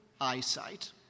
eyesight